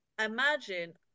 imagine